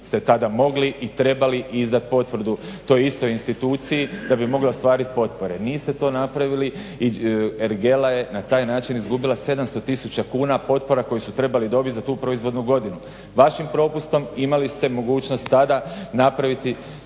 ste tada mogli i trebali izdat potvrdu toj istoj instituciji da bi mogla ostvarit potpore. Niste to napravili i ergela je na taj način izgubila 700000 kuna potpora koju su trebali dobit za tu proizvodnu godinu. Vašim propustom imali ste mogućnost tada napraviti